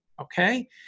Okay